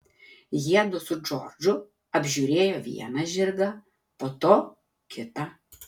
jiedu su džordžu apžiūrėjo vieną žirgą po to kitą